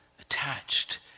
attached